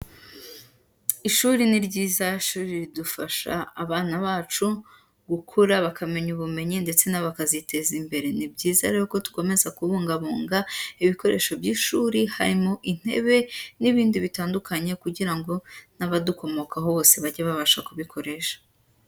Ishuri ni ryiza ishuri ridufasha abana bacu, gukura bakamenya ubumenyi ndetse nabo bakaziteza imbere, ni byiza rero dukomeza kubungabunga ibikoresho by'ishuri harimo intebe n'ibindi bitandukanye kugira ngo n'abadukomokaho bose bajye babasha kubikoresha.